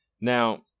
Now